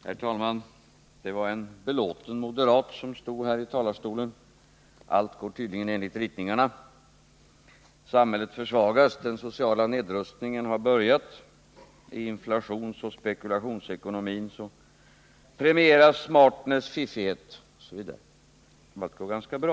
Herr talman! Det var en belåten moderat som stod här i talarstolen. Allt går tydligen enligt ritningarna. Samhället försvagas. Den sociala nedrustningen har börjat. Inflationsoch spekulationsekonomin premierar smartness och fiffighet. Allt går alltså ganska bra.